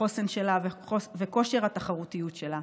החוסן שלה וכושר התחרותיות שלה,